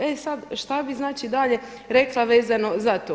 E sada što bi znači dalje rekla vezano za to?